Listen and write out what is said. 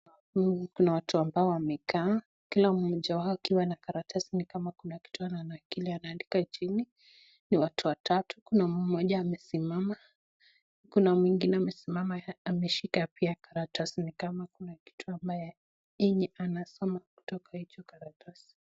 Picha hili kuna watu ambao wamekaa kila mmoja wake wana karatasi ni kama kuna kitu ananakili anaandika jini, ni watu watatu na mmoja amesimama, kuna mwingine amesimama ameshika pia karatasi ni kama kuna kitu ambayo anasoma kutoka hicho karatasi.